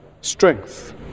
strength